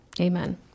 Amen